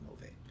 movie